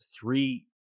three